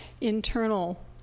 internal